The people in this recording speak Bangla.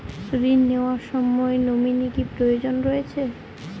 ঋণ নেওয়ার সময় নমিনি কি প্রয়োজন রয়েছে?